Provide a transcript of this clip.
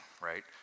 right